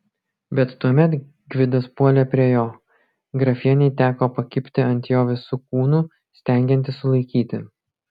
bet tuomet gvidas puolė prie jo grafienei teko pakibti ant jo visu kūnu stengiantis sulaikyti